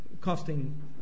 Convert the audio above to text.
costing